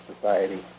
society